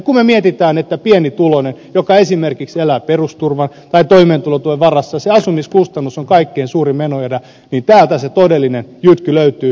kun mietimme että pienituloisella joka esimerkiksi elää perusturvan tai toimeentulotuen varassa asumiskustannus on kaikkein suurin menoerä niin täältä se todellinen jytky löytyy